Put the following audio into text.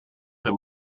him